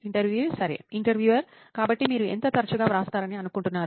ఇంటర్వ్యూఈ సరే ఇంటర్వ్యూయర్ కాబట్టి మీరు ఎంత తరచుగా వ్రాస్తారని అనుకుంటున్నారు